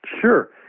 Sure